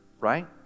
Right